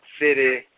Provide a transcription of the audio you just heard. city